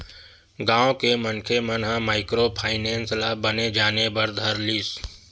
गाँव के मनखे मन ह माइक्रो फायनेंस ल बने जाने बर धर लिस